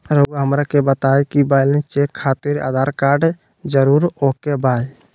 रउआ हमरा के बताए कि बैलेंस चेक खातिर आधार कार्ड जरूर ओके बाय?